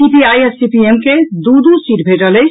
CPI आ CPM के दू दू सीट भेटल अछि